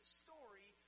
story